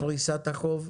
פריסת החוב,